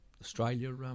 Australia